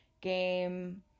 game